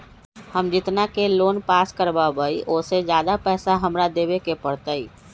हम जितना के लोन पास कर बाबई ओ से ज्यादा पैसा हमरा देवे के पड़तई?